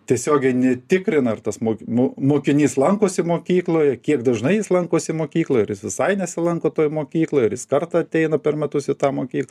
tiesiogiai netikrina ar tas moky moki mokinys lankosi mokykloje kiek dažnai jis lankosi mokykloj ar visai nesilanko toj mokykloj ir jis kartą ateina per metus į tą mokyklą